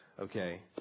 Okay